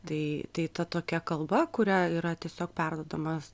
tai tai ta tokia kalba kuria yra tiesiog perduodamas